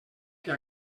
que